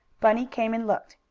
bunny came and looked.